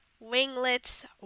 winglets